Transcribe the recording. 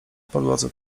podłodze